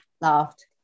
laughed